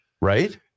right